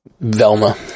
Velma